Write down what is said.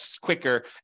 quicker